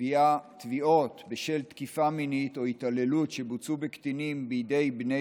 תביעות בשל תקיפה מינית או התעללות שבוצעו בקטינים בידי בני